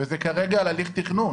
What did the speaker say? וזה כרגע על הליך תכנון.